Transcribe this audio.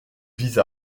vise